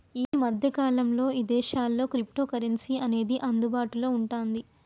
యీ మద్దె కాలంలో ఇదేశాల్లో క్రిప్టోకరెన్సీ అనేది అందుబాటులో వుంటాంది